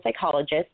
psychologist